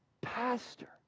pastor